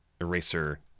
eraser